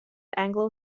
anglo